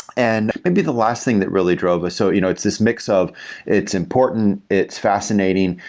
and maybe the last thing that really drove us, so you know it's this mix of it's important, it's fascinating,